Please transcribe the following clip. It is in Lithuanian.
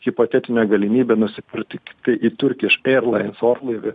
hipotetinę galimybę nusipirkti tiktai į turkiš eirlains orlaivį